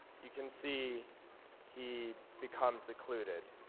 you can see he becomes occluded.